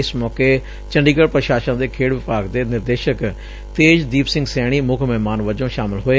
ਇਸ ਮੌਕੇ ਚੰਡੀਗੜ ਪ੍ਰਸ਼ਾਸਨ ਦੇ ਖੇਡ ਵਿਭਾਗ ਦੇ ਨਿਰਦੇਸ਼ਕ ਤੇਜਦੀਪ ਸਿੰਘ ਸੈਣੀ ਮੁੱਖ ਮਹਿਮਾਨ ਵਜੋਂ ਸ਼ਾਮਲ ਹੋਏ